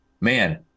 man